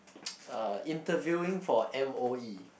uh interviewing for m_o_e